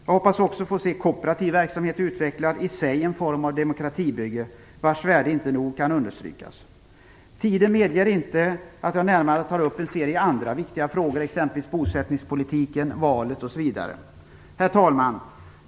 Jag hoppas också få se kooperativ verksamhet utvecklad, i sig en form av demokratibygge, vars värde inte nog kan understrykas. Tiden medger inte att jag närmare tar upp en serie andra viktiga frågor, exempelvis bosättningspolitiken och valet. Herr talman!